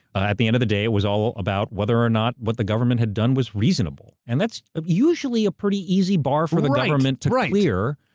ah at the end of the day, it was all about whether or not what the government had done was reasonable. and that's usually a pretty easy bar for the government to clear.